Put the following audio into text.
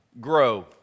grow